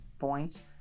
points